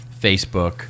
Facebook